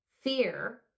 fear